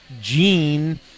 gene